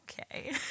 Okay